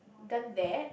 done that